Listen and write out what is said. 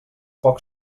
poc